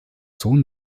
sohn